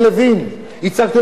הצגתי לאנשים אחרים.